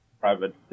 private